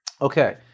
Okay